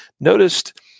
noticed